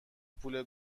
پول